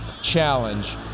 challenge